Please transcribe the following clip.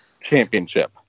championship